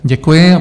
Děkuji.